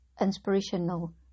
inspirational